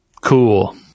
Cool